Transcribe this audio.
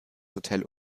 hotel